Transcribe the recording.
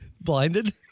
blinded